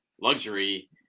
luxury